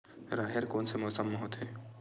राहेर कोन से मौसम म होथे?